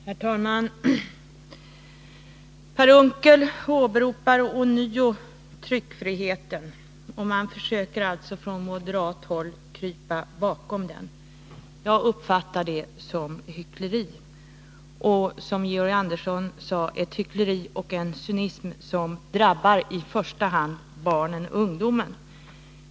Herr talman! Per Unckel åberopar ånyo yttrandefriheten, och man försöker alltså från moderat håll att krypa bakom den. Jag uppfattar det som hyckleri. Och som Georg Andersson sade är det ett hyckleri och en cynism som drabbar i första hand barnen och ungdomen.